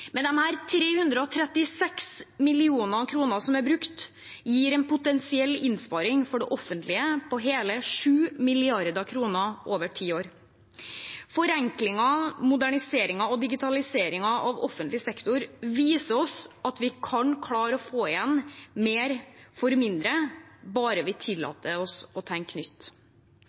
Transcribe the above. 336 mill. kr som er brukt, gir en potensiell innsparing for det offentlige på hele 7 mrd. kr over ti år. Forenklingen, moderniseringen og digitaliseringen av offentlig sektor viser oss at vi kan klare å få igjen mer for mindre bare vi tillater oss å tenke nytt.